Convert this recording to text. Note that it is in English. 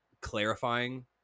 clarifying